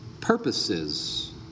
purposes